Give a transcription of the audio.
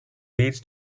leads